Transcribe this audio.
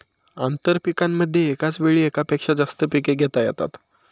आंतरपीकांमध्ये एकाच वेळी एकापेक्षा जास्त पिके घेता येतात